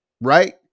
right